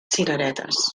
cireretes